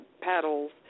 paddles